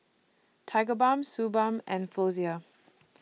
Tigerbalm Suu Balm and Floxia